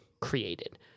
created